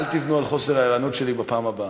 אל תבנו על חוסר הערנות שלי בפעם הבאה,